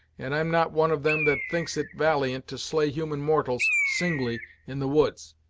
and i'm not one of them that thinks it valiant to slay human mortals, singly, in the woods.